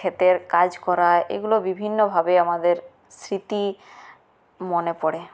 ক্ষেতের কাজ করা এগুলো বিভিন্ন ভাবে আমাদের স্মৃতি মনে পড়ে